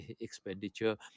expenditure